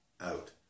out